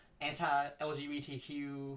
anti-LGBTQ